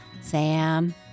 Sam